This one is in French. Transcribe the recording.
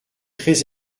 très